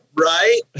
Right